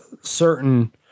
certain